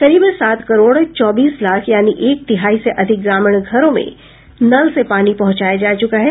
करीब सात करोड़ चौबीस लाख यानी एक तिहाई से अधिक ग्रामीण घरों में नल से पानी पहंचाया जा चूका है